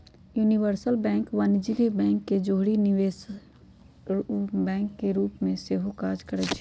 universal bank वाणिज्यिक bank के जौरही निवेश बैंक के रूप में सेहो काज करइ छै